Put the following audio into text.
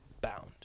bound